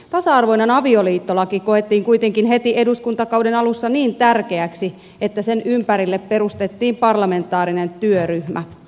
tasa arvoinen avioliittolaki koettiin kuitenkin heti eduskuntakauden alussa niin tärkeäksi että sen ympärille perustettiin parlamentaarinen työryhmä